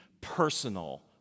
personal